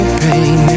pain